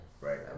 Right